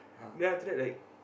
then after that like